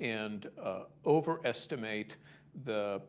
and overestimate the